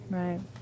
right